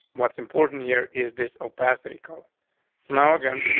what's important here is this opacity called now again,